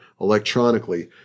electronically